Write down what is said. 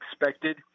expected